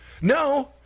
no